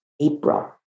April